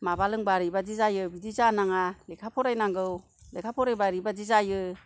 माबा लोंबा ओरैबायदि जायो बिदि जानाङा लेखा फरायनांगौ लेखा फरायबा ओरैबायदि जायो